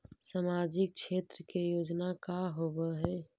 सामाजिक क्षेत्र के योजना का होव हइ?